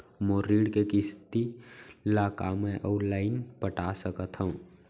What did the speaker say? मोर ऋण के किसती ला का मैं अऊ लाइन पटा सकत हव?